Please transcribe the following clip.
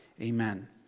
Amen